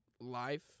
life